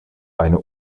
eine